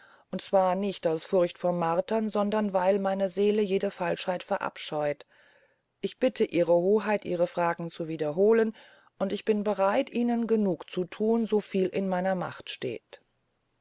und zwar nicht aus furcht vor martern sondern weil meine seele jede falschheit verabscheut ich bitte ihre hoheit ihre fragen zu wiederholen ich bin bereit ihnen genug zu thun so viel in meiner macht steht